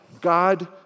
God